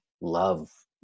love